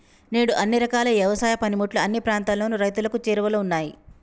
నేడు అన్ని రకాల యవసాయ పనిముట్లు అన్ని ప్రాంతాలలోను రైతులకు చేరువలో ఉన్నాయి